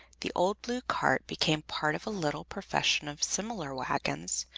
the old blue cart became part of a little profession of similar wagons,